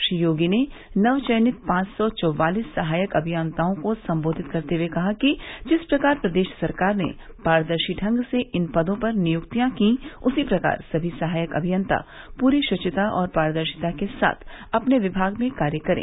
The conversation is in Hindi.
श्री योगी ने नव चयनित पांच सौ चवालीस सहायक अभियंताओं को संबोधित करते हुए कहा कि जिस प्रकार प्रदेश सरकार ने पारदर्शी ढंग से इन पदों पर नियुक्तियां कीं उसी प्रकार सभी सहायक अभियंता पूरी शुचिता और पारदर्शिता के साथ अपने विमाग में कार्य करें